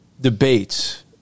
debates